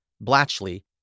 Blatchley